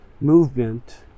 movement